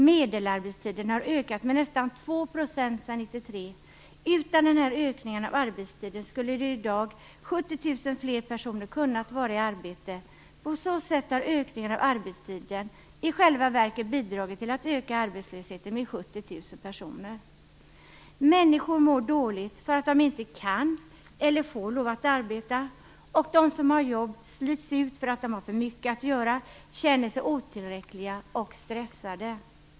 Medelarbetstiden har ökat med nästan 2 % sedan 1993. Utan den här ökningen av arbetstiden skulle i dag 70 000 fler personer ha kunnat vara i arbete. På så sätt har ökningen av arbetstiden i själva verket bidragit till att öka arbetslösheten med 70 000 Människor mår dåligt därför att de inte kan eller får arbeta, och de som har jobb slits ut därför att de har för mycket att göra, känner sig otillräckliga och stressade.